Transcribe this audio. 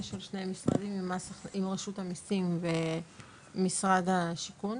של שני משרדים עם רשות המיסים ומשרד השיכון,